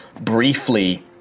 briefly